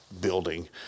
building